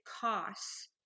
costs